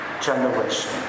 generation